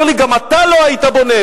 הוא אומר לי: גם אתה לא היית בונה.